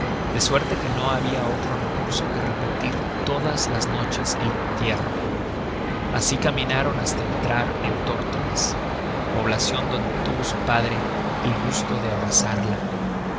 de suerte que no habia otro recurso que repetir todas las noches el entierro asi caminaron hasta entrar en tórtoles poblacion donde tuvo su padre el gusto de abrazarla